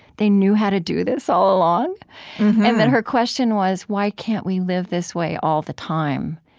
they knew how to do this all along. and then her question was, why can't we live this way all the time?